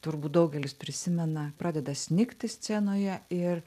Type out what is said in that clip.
turbūt daugelis prisimena pradeda snigti scenoje ir